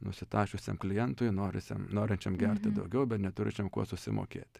nusitašiusiam klientui norisiam norinčiam gerti daugiau bet neturinčiam kuo susimokėt